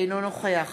אינו נוכח